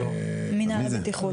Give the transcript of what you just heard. מנהל הבטיחות.